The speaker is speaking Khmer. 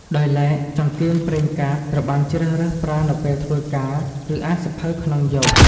ដោយឡែក ចង្កៀងប្រេងកាតត្រូវបានជ្រើសរើសប្រើនៅពេលធ្វើការ ឬអានសៀវភៅក្នុងយប់ ។